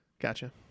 Gotcha